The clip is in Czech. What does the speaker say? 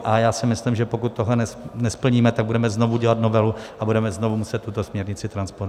A já si myslím, že pokud tohle nesplníme, tak budeme znovu dělat novelu a budeme znovu muset tuto směrnici transponovat.